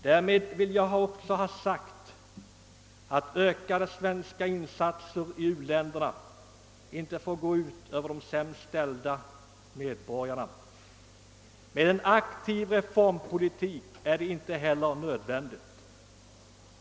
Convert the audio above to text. Därmed vill jag också ha sagt, att ökade svenska insatser i u-länderna inte får gå ut över de sämst ställda medborgarna. Med en aktiv reformpolitik är det inte heller nödvändigt.